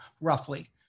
roughly